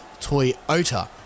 Toyota